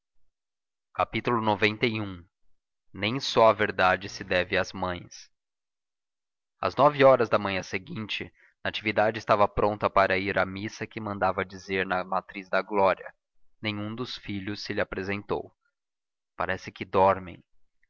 cuidaram de dormir xci nem só a verdade se deve às mães às nove horas da manhã seguinte natividade estava pronta para ir à missa que mandava dizer na matriz da glória nenhum dos filhos se lhe apresentou parece que dormem